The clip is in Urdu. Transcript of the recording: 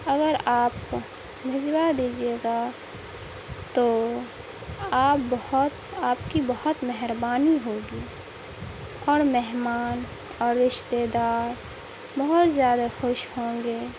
اگر آپ بھیجوا دیجیے گا تو آپ بہت آپ کی بہت مہربانی ہوگی اور مہمان اور رشتے دار بہت زیادہ خوش ہوں گے